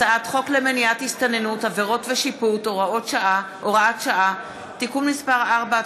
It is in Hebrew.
הצעת חוק למניעת הסתננות (עבירות ושיפוט) (הוראת שעה) (תיקון מס' 4),